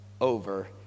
over